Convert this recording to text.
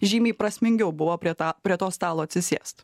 žymiai prasmingiau buvo prie tą prie to stalo atsisėst